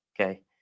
Okay